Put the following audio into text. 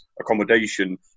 accommodation